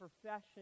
profession